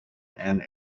and